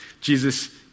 Jesus